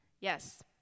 Yes